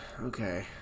okay